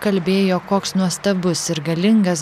kalbėjo koks nuostabus ir galingas